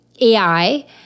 AI